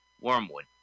wormwood